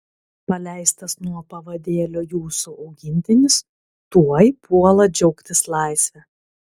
paleistas nuo pavadėlio jūsų augintinis tuoj puola džiaugtis laisve